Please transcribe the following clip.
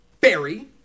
Barry